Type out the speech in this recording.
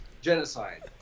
genocide